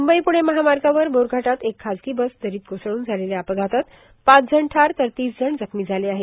म्ंबई प्णे महामार्गावर बोरघाटात एक खाजगी बस दरीत कोसळून झालेल्या अपघातात पाच जण ठार तर तीस जण जखमी झाले आहेत